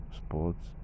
sports